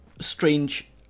strange